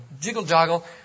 jiggle-joggle